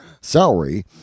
salary